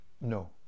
no